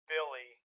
Billy